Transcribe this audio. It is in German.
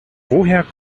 woher